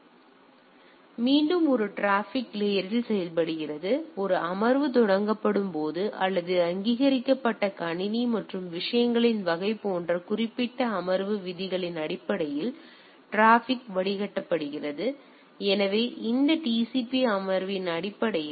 எனவே அது மீண்டும் ஒரு டிராபிக் லேயர்ல் செயல்படுகிறது ஒரு அமர்வு தொடங்கப்படும் போது அல்லது அங்கீகரிக்கப்பட்ட கணினி மற்றும் விஷயங்களின் வகை போன்ற குறிப்பிட்ட அமர்வு விதிகளின் அடிப்படையில் டிராபிக் வடிகட்டப்படுகிறது எனவே அந்த TCP அமர்வின் அடிப்படையில்